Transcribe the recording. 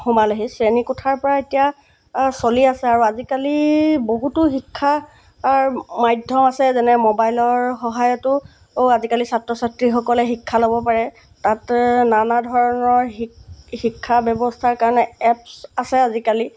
সোমালেহি শ্ৰেণী কোঠাৰ পৰা এতিয়া চলি আছে আৰু আজিকালি বহুতো শিক্ষাৰ মাধ্যম আছে যেনে মোবাইলৰ সহায়তো আজিকালি ছাত্ৰ ছাত্ৰীসকলে শিক্ষা ল'ব পাৰে তাত নানা ধৰণৰ শিক্ষা ব্যৱস্থাৰ কাৰণে এপছ আছে আজিকালি